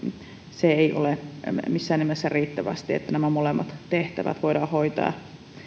se ei ole missään nimessä riittävästi että nämä molemmat tehtävät voidaan hoitaa